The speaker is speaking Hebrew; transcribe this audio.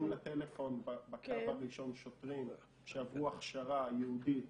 לטלפון בקו הראשון שוטרים שעברו הכשרה ייעודית